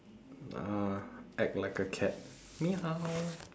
uh act like a cat meow